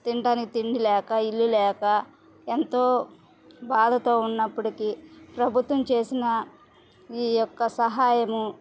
తినడానికి తిండి లేక ఇల్లు లేక ఎంతో బాధతో ఉన్నప్పుటికీ ప్రభుత్వం చేసిన ఈయొక్క సహాయము